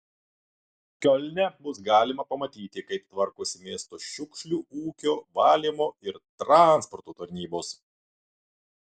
kiolne bus galima pamatyti kaip tvarkosi miesto šiukšlių ūkio valymo ir transporto tarnybos